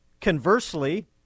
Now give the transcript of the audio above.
conversely